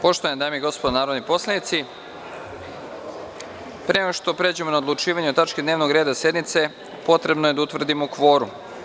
Poštovane dame i gospodo narodni poslanici, pre nego što pređemo na odlučivanje o tački dnevnog reda sednice, potrebno je da utvrdimo kvorum.